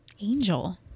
Angel